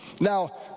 Now